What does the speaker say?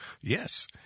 Yes